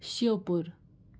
Sheopur